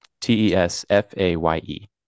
T-E-S-F-A-Y-E